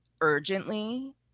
urgently